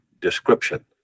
description